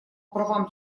правам